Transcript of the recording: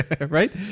Right